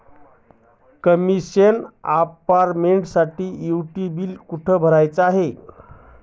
Commission शिवाय अपार्टमेंटसाठी utility बिले कुठे भरायची?